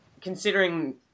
considering